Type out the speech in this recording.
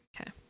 Okay